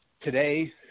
today